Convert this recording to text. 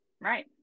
Right